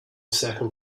second